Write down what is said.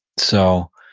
so,